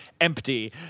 empty